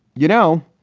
you know,